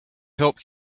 help